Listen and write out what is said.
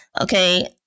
okay